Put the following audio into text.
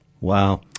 Wow